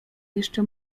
jeszcze